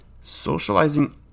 Socializing